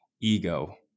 ego